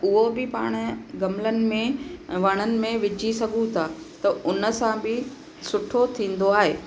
त उहो बि पाण गमलनि में वणनि में विझी सघूं था त उन सां बि सुठो थींदो आहे